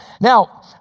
Now